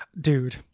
dude